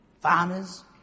farmers